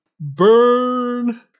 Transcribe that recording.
Burn